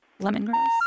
lemongrass